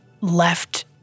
left